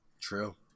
True